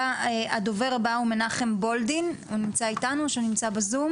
הדובר הבא הוא מנחם גולדין הוא נמצא איתנו בזום.